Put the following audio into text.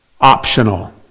optional